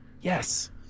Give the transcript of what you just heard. Yes